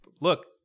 look